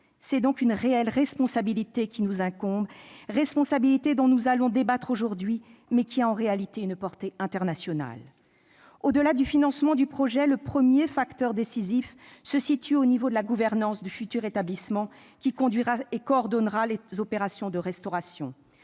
C'est donc une réelle responsabilité qui nous incombe, responsabilité dont nous allons débattre aujourd'hui, mais qui a en réalité une portée internationale. Au-delà du financement du projet, le premier facteur décisif se situe au niveau de la gouvernance du futur établissement qui conduira et coordonnera les opérations de restauration.